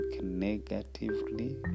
negatively